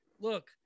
Look